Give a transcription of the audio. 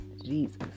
Jesus